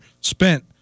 spent